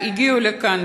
הגיעו לכאן,